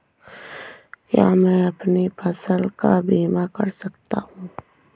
क्या मैं अपनी फसल का बीमा कर सकता हूँ?